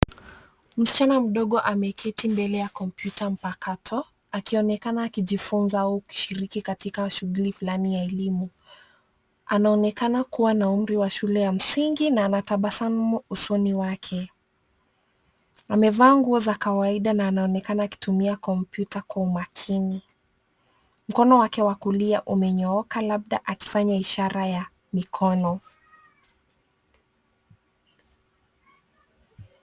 Msichana mdogo ameketi mbele ya komputa mpakato, akionekana akijifunza au kushiriki katika shughuli flani ya elimu, anaonekana kuwa na umri wa shule ya msingi, na anatabasamu usoni wake, amevaa nguo za kawaidia na anaonekana akitumia komputa kwa umakini, mkono wake wa kulia umenyooka labda akifanya ishara ya mikono.